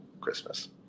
Christmas